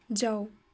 ਜਾਓ